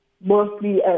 mostly